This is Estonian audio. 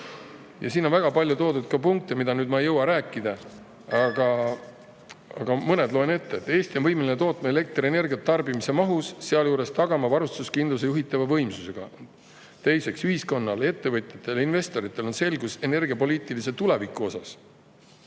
toodud ka väga palju punkte, millest ma ei jõua rääkida, aga mõned loen ette. Eesti on võimeline tootma elektrienergiat tarbimise mahus, sealjuures tagama varustuskindluse juhitava võimsusega. Teiseks, ühiskonnal, ettevõtjatel ja investoritel on selgus energiapoliitilise tuleviku osas.